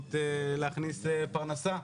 ואפשרות להעלות הצעות